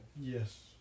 Yes